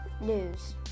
news